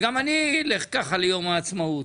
וגם אני אלך ככה ליום העצמאות.